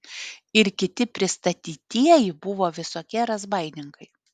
ir kiti pristatytieji buvo visokie razbaininkai